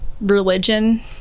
religion